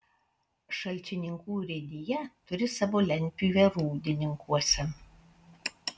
šalčininkų urėdija turi savo lentpjūvę rūdininkuose